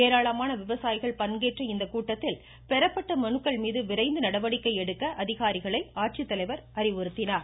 ஏராளமான விவசாயிகள் பங்கேற்ற இக்கூட்டத்தில் பெறப்பட்ட மனுக்கள் மீது விரைந்து நடவடிக்கை எடுக்க அதிகாரிகளை ஆட்சித்தலைவர் அறிவுறுத்தினார்